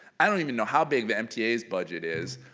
i don't even know how big the mta's budget is,